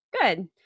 Good